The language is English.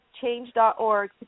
change.org